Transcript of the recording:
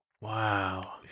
Wow